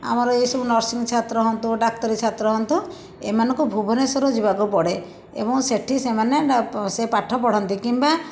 ଆମର ଏଇସବୁ ନର୍ସିଂ ଛାତ୍ର ହଅନ୍ତୁ ଡ଼ାକ୍ତରୀ ଛାତ୍ର ହଅନ୍ତୁ ଏମାନଙ୍କୁ ଭୁବନେଶ୍ୱର ଯିବାକୁ ପଡ଼େ ଏବଂ ସେଇଠି ସେମାନେ ସେ ପାଠ ପଢ଼ନ୍ତି କିମ୍ବା